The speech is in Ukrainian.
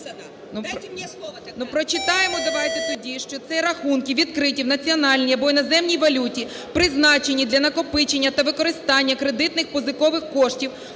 Дайте мне слово.